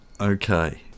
Okay